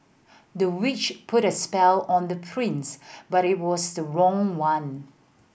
the witch put a spell on the prince but it was the wrong one